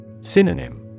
Synonym